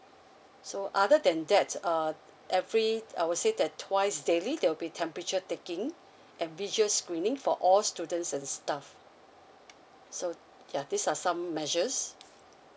so other than that uh every I would say that twice daily there will be temperature taking and visual screening for all students and staff so ya these are some measures